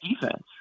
defense